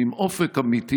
ועם אופק אמיתי,